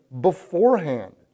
beforehand